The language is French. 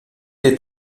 est